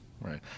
Right